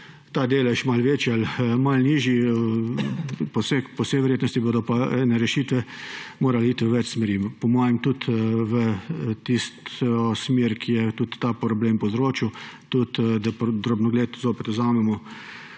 ta delež malo večji ali malo nižji. Po vsej verjetnosti bodo pa ene rešitve morale iti v več smeri. Po mojem tudi v tisto smer, ki jo je tudi ta problem povzročil, da pod drobnogled zopet vzamemo